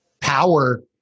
power